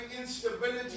instability